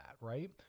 right